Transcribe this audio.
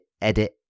edit